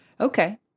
Okay